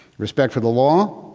respect for the law,